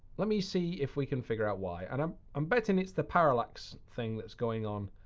let me see if we can figure out why. and i'm i'm betting it's the parallax thing that's going on,